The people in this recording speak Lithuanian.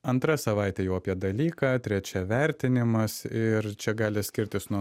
antra savaitė jau apie dalyką trečia vertinimas ir čia gali skirtis nuo